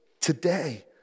today